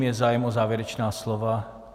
Je zájem o závěrečná slova?